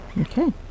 Okay